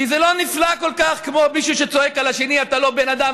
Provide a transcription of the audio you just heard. כי זה לא נפלא כל כך כמו מישהו שצועק על השני: אתה לא בן אדם,